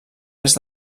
est